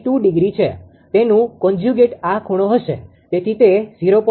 62° છે તેનુ કોન્જ્યુગેટ આ ખૂણો હશે